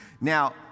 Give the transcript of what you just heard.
Now